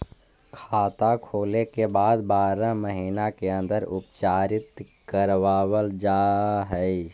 खाता खोले के बाद बारह महिने के अंदर उपचारित करवावल जा है?